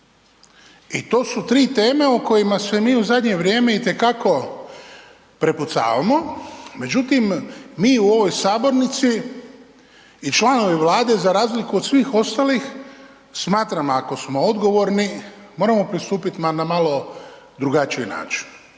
I to su tri teme o kojima se mi u zadnje vrijeme i te kako prepucavamo, međutim mi u ovoj sabornici i članovi Vlade za razliku od svih ostalih smatram, ako smo odgovorni moramo pristupit na malo drugačiji način.